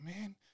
man